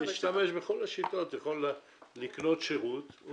הוא יכול לקנות שירות,